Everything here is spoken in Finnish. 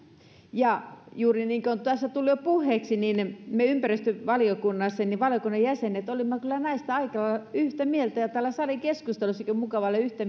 ja juuri niin kuin tuossa tuli jo puheeksi niin niin me ympäristövaliokunnassa valiokunnan jäsenet olimme kyllä näistä aika lailla yhtä mieltä ja täällä salikeskusteluissakin on mukava olla yhtä